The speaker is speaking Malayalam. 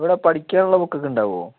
ഇവിടെ പഠിക്കാനുള്ള ബുക്കൊക്കെ ഉണ്ടാകുമോ